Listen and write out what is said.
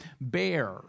Bear